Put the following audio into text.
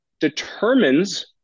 determines